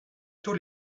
tous